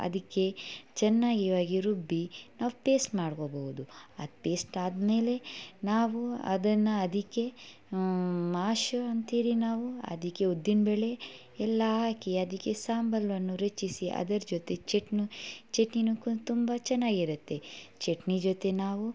ಅದಕ್ಕೆ ಚೆನ್ನಾಗಿ ರುಬ್ಬಿ ನಾವು ಪೇಸ್ಟ್ ಮಾಡ್ಕೊಬೋದು ಅದು ಪೇಸ್ಟ್ ಆದಮೇಲೆ ನಾವು ಅದನ್ನು ಅದಕ್ಕೆ ಮಾಷ್ ಅಂತೀರಿ ನಾವು ಅದಕ್ಕೆ ಉದ್ದಿನ ಬೇಳೆ ಎಲ್ಲ ಹಾಕಿ ಅದಕ್ಕೆ ಸಾಂಬಾರನ್ನು ರುಚಿಸಿ ಅದರ ಜೊತೆ ಚಟ್ನಿ ಚಟ್ನಿನು ತುಂಬ ಚೆನ್ನಾಗಿರುತ್ತೆ ಚಟ್ನಿ ಜೊತೆ ನಾವು